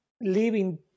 living